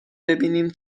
ببینم